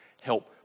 help